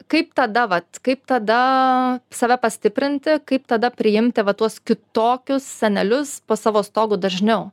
kaip tada vat kaip tada save pastiprinti kaip tada priimti va tuos kitokius senelius po savo stogu dažniau